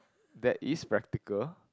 that is practical